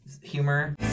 humor